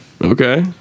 okay